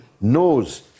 knows